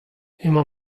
emañ